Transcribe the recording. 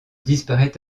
disparaît